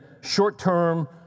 short-term